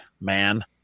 man